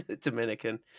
Dominican